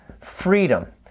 freedom